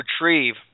retrieve